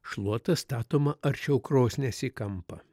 šluota statoma arčiau krosnies į kampą